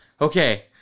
okay